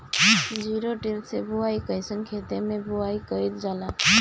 Zero till से बुआई कयिसन खेते मै बुआई कयिल जाला?